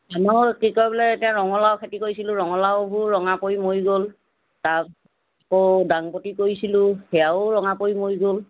ধানৰ কি কয় বোলে এতিয়া ৰঙলাও খেতি কৰিছিলোঁ ৰঙলাওবোৰ ৰঙা পৰি মৰি গ'ল তাৰ আকৌ ডাংবদি কৰিছিলোঁ সেয়াও ৰঙা পৰি মৰি গ'ল